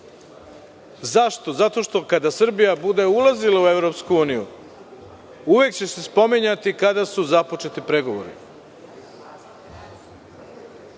Zašto? Zato što kada Srbija bude ulazila u EU, uvek će se spominjati kada su započeti pregovori. Sa